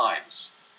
times